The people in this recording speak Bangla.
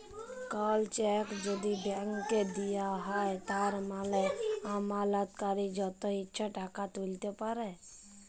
কল চ্যাক যদি ব্যালেঙ্ক দিঁয়া হ্যয় তার মালে আমালতকারি যত ইছা টাকা তুইলতে পারে